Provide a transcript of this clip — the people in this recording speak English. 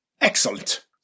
Excellent